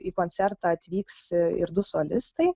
į koncertą atvyks ir du solistai